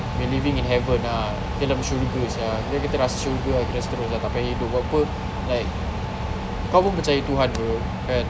we living in heaven ah dalam syurga sia kira kita rasa syurga ah terus dah tak payah hidup pape like kau pun percaya tuhan [pe] kan